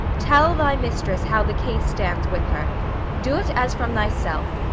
tell thy mistress how the case stands with her do't as from thyself.